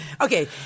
okay